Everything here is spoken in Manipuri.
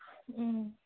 ꯎꯝ